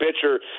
pitcher